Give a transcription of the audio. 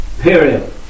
Period